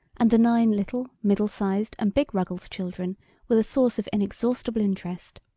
and the nine little, middle-sized and big ruggles children were the source of inexhaustible interest.